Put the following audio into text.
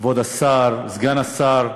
כבוד השר, סגן השר,